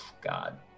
God